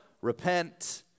repent